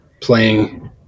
playing